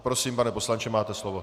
Prosím, pane poslanče, máte slovo.